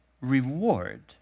reward